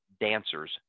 dancers